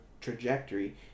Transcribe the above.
trajectory